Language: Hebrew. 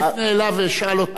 אני אפנה אליו ואשאל אותו.